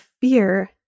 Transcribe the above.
fear